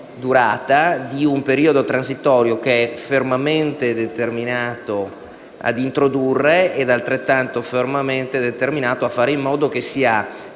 di un periodo transitorio, che è fermamente determinato a introdurre e altrettanto fermamente determinato a fare in modo che sia